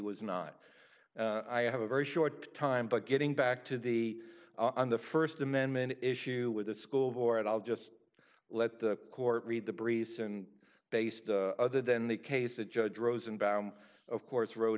was not i have a very short time but getting back to the on the first amendment issue with the school board i'll just let the court read the briefs and based other than the case the judge rosenbaum of course road